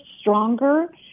stronger